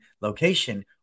location